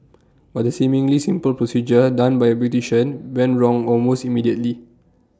but the seemingly simple procedure done by A beautician went wrong almost immediately